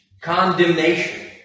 condemnation